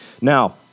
Now